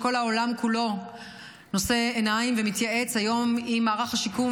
וכל העולם כולו נושא עיניים ומתייעץ היום עם מערך השיקום